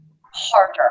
harder